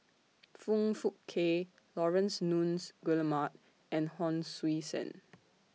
Foong Fook Kay Laurence Nunns Guillemard and Hon Sui Sen